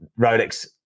rolex